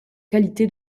qualité